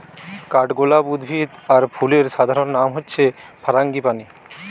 কাঠগোলাপ উদ্ভিদ আর ফুলের সাধারণ নাম হচ্ছে ফারাঙ্গিপানি